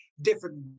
different